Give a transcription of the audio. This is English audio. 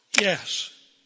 yes